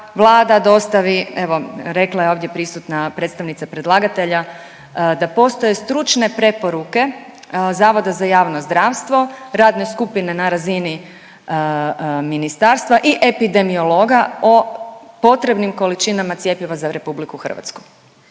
Vlada dostavi evo rekla je ovdje prisutna predstavnica predlagatelja da postoje stručne preporuke Zavoda za javno zdravstvo radne skupine na razini ministarstva i epidemiologa o potrebnim količinama cjepiva za RH i tvrdi